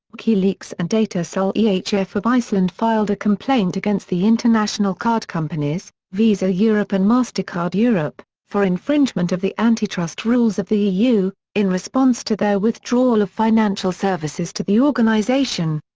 wikileaks and datacell ehf. of iceland filed a complaint against the international card companies, visa europe and mastercard europe, for infringement of the antitrust rules of the eu, in response to their withdrawal of financial services to the organisation.